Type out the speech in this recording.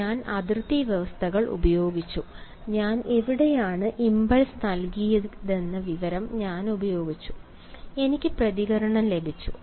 ഞാൻ അതിർത്തി വ്യവസ്ഥകൾ ഉപയോഗിച്ചു ഞാൻ എവിടെയാണ് ഇംപൾസ് നൽകിയതെന്ന വിവരം ഞാൻ ഉപയോഗിച്ചു എനിക്ക് പ്രതികരണം ലഭിച്ചു